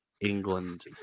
England